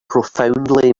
profoundly